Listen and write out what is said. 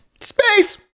Space